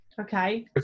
Okay